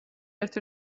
ერთ